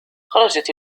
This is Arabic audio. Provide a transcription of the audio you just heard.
خرجت